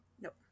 Nope